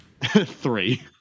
Three